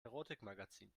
erotikmagazin